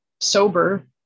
sober